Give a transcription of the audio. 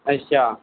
ਅੱਛਾ